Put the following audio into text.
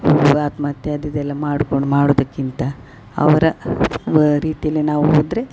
ಅವರು ಆತ್ಮಹತ್ಯೆ ಅದು ಇದು ಎಲ್ಲ ಮಾಡ್ಕೊಂಡು ಮಾಡುದಕ್ಕಿಂತ ಅವರ ವ ರೀತಿಲೆ ನಾವು ಹೋದರೆ